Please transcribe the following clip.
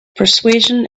persuasion